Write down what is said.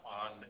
on